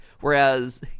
Whereas